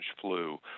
flu